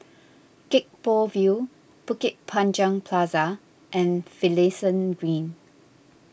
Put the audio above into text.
Gek Poh Ville Bukit Panjang Plaza and Finlayson Green